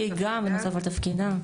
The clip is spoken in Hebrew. היא גם בנוסף לתפקידה.